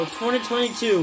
2022